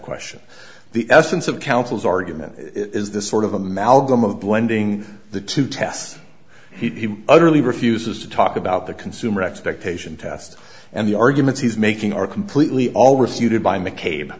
question the essence of counsel's argument is this sort of amalgam of blending the two tests he utterly refuses to talk about the consumer expectation test and the arguments he's making are completely all refuted by mcca